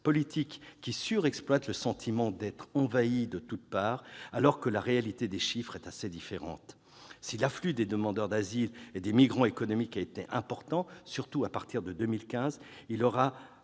politiques qui surexploitent le sentiment d'être « envahis » de toutes parts, alors que la réalité des chiffres est assez différente. Si l'afflux de demandeurs d'asile et de migrants économiques a été important, surtout à partir de 2015, il aurait